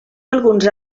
alguns